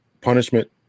punishment